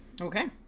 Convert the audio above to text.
Okay